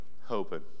hoping